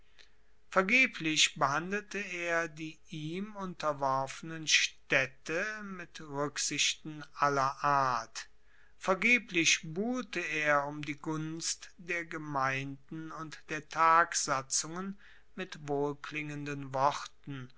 vergeblich behandelte er die ihm unterworfenen staedte mit ruecksichten aller art vergeblich buhlte er um die gunst der gemeinden und der tagsatzungen mit wohlklingenden worten